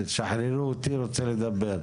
בבקשה.